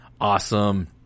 awesome